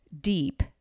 deep